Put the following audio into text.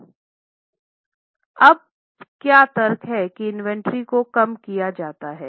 जहाँ quick asset CA inventory quick liability CL bank overdraft अब क्या तर्क है कि इन्वेंट्री को कम किया जाता है